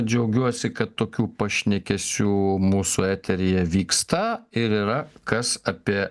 džiaugiuosi kad tokių pašnekesių mūsų eteryje vyksta ir yra kas apie